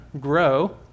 grow